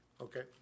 Okay